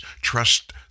Trust